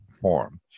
form